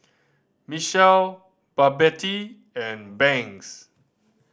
Michele Babette and Banks